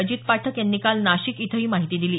अजित पाठक यांनी काल नाशिक इथं ही माहिती दिली